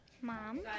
Mom